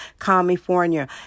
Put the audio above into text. California